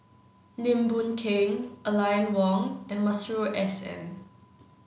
Lim Boon Keng Aline Wong and Masuri S N